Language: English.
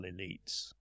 elites